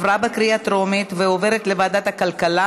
לוועדת הכלכלה